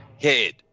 head